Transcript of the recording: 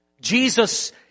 Jesus